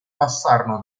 passarono